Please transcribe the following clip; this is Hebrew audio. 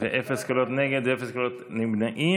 אפס קולות נגד ואפס קולות נמנעים.